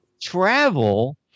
travel